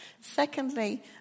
Secondly